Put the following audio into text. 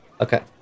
Okay